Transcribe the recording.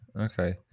Okay